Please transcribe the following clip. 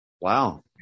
Wow